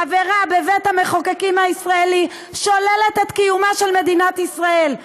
חברה בבית המחוקקים הישראלי שוללת את קיומה של מדינת ישראל.